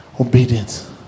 Obedience